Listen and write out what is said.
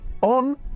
on